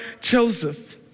Joseph